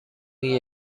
این